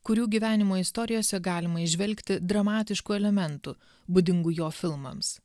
kurių gyvenimo istorijose galima įžvelgti dramatiškų elementų būdingų jo filmams